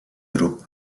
grup